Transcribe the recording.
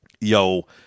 Yo